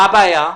אז מה הבעיה?